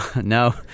No